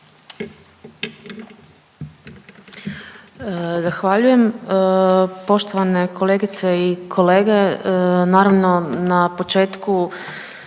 Zahvaljujem. Poštovane kolegice i kolege naravno na početku